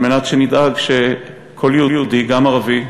כדאי שנדאג שכל יהודי, גם ערבי,